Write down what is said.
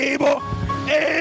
Able